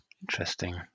Interesting